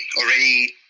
already